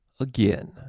Again